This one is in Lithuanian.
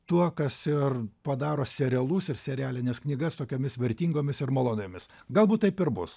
tuo kas ir padaro serialus ir serialines knygas tokiomis vertingomis ir maloniomis galbūt taip ir bus